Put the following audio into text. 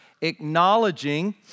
acknowledging